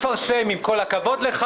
אז אל תפרסם, תכבד את החברים שלך